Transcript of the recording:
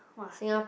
!wah!